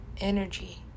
energy